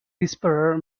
whisperer